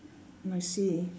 I see